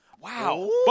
Wow